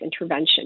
intervention